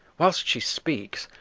whilst she speaks,